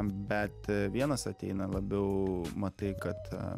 bet vienas ateina labiau matai kad